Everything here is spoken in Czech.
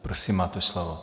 Prosím, máte slovo.